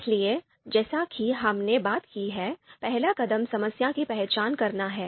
इसलिए जैसा कि हमने बात की है पहला कदम समस्या की पहचान करना है